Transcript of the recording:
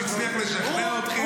שהוא הצליח לשכנע אתכם,